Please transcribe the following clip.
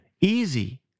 easy